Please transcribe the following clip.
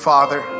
Father